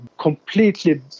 completely